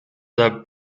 the